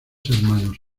hermanos